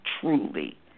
truly